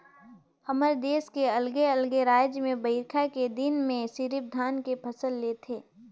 हमर देस के अलगे अलगे रायज में बईरखा के दिन में सिरिफ धान के फसल ले थें